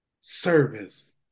service